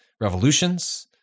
revolutions